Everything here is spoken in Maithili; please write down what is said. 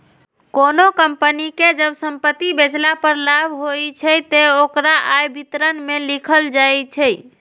कोनों कंपनी कें जब संपत्ति बेचला पर लाभ होइ छै, ते ओकरा आय विवरण मे लिखल जाइ छै